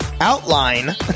outline